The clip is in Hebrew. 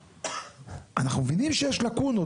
אנחנו מבינים שיש לקונות.